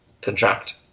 contract